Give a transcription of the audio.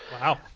Wow